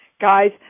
Guys